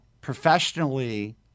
professionally